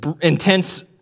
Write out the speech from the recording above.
intense